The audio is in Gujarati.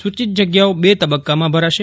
સૂચિત જગ્યાઓ બે તબક્કામાં ભરાશે